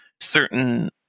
certain